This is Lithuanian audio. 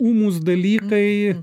ūmūs dalykai